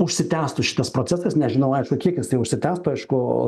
užsitęstų šitas procesas nežinau aišku kiek jisai užsitęs tai aišku